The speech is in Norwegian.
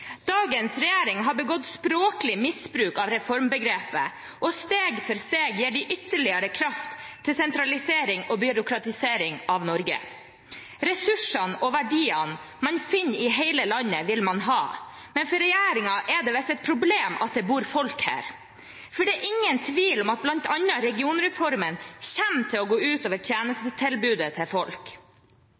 Dagens regjering har begått språklig misbruk av reformbegrepet, og steg for steg gir de ytterligere kraft til sentralisering og byråkratisering av Norge. Ressursene og verdiene man finner i hele landet, vil man ha, men for regjeringen er det visst et problem at det bor folk her. Det er ingen tvil om at bl.a. regionreformen kommer til å gå ut over tjenestetilbudet til folk.